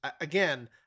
again